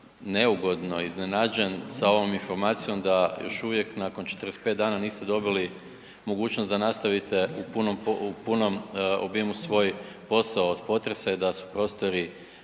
neugodno iznenađen sa ovom informacijom da još uvijek nakon 45 dana niste dobili mogućnost da nastavite u punom obimu svoj posao od potresa i da su prostori